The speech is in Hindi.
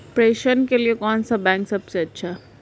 प्रेषण के लिए कौन सा बैंक सबसे अच्छा है?